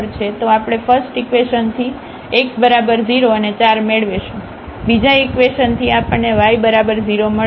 તો આપણે ફસ્ટઇકવેશન થી x બરાબર 0 અને 4 મેળવીશું બીજા ઇકવેશન થી આપણને y બરાબર 0 મળશે